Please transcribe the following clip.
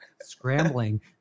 scrambling